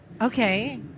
Okay